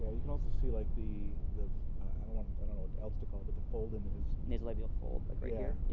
yeah you can also see, like, the the i don't want i don't know what else to call it but the fold adam his nasolabial fold? tim like yeah yeah,